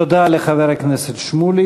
תודה לחבר הכנסת שמולי.